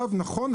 נכון,